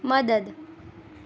મદદ